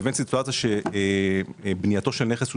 לבין סיטואציה שבה בנייתו של נכס הושלמה,